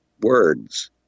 words